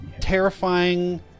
terrifying